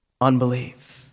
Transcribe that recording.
unbelief